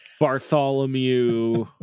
bartholomew